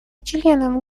членов